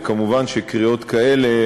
ומובן שקריאות כאלה,